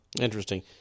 interesting